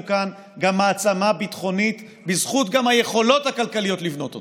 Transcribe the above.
כאן גם מעצמה ביטחונית וגם בזכות היכולות הכלכליות לבנות אותה.